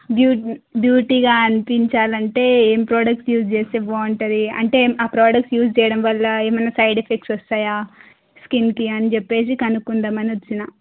బ్యూటీగా అనిపించాలంటే ఏం products use చేస్తే బాగుంటుంది అంటే ఆ ప్రొడక్ట్స్ యూజ్ చేయడం వల్ల ఏమన్నా సైడ్ ఎఫెక్ట్స్ వస్తాయా స్కిన్కి అని చెప్పేసి కనుక్కుందామని వచ్చాను